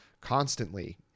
constantly